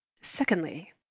secondly